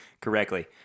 correctly